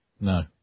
No